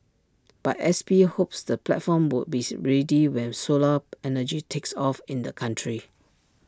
but S P hopes the platform would be ready when solar energy takes off in the country